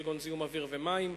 כגון זיהום אוויר ומים,